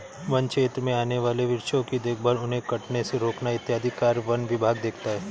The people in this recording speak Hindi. वन्य क्षेत्र में आने वाले वृक्षों की देखभाल उन्हें कटने से रोकना इत्यादि कार्य वन विभाग देखता है